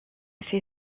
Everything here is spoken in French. fait